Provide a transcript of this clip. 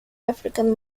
african